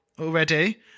already